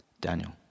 Daniel